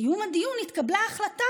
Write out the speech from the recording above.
בסיום הדיון התקבלה החלטה,